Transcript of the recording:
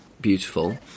beautiful